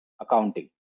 accounting